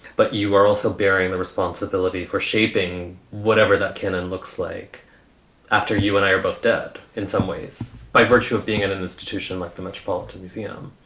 but you are also bearing the responsibility for shaping whatever the canon looks like after you and i are both dead in some ways, by virtue of being in an institution like the metropolitan museum,